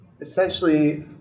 essentially